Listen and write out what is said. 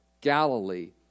Galilee